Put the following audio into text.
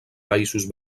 països